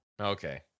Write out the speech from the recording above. Okay